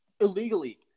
illegally